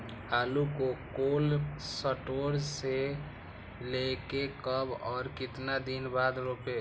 आलु को cold store से ले के कब और कितना दिन बाद रोपे?